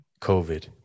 COVID